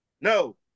No